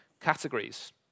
categories